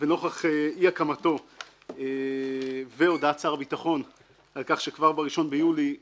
ונוכח אי הקמתו והודעת שר הביטחון על כך שכבר ב-1 ביולי 2019,